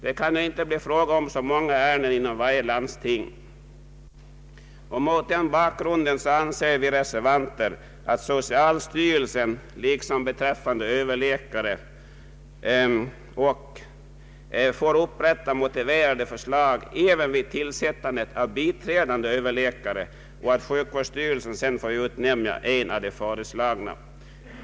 Det kan ju inte bli fråga om så många ärenden inom varje landsting. Mot denna bakgrund anser vi reservanter att socialstyrelsen liksom beträffande tillsättningen av Ööverläkartjänster bör upprätta motiverade förslag även vid tillsättande av biträdande överläkartjänster och att sjukvårdsstyrelsen sedan bör få utnämna en av de föreslagna.